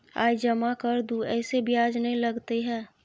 आय जमा कर दू ऐसे ब्याज ने लगतै है?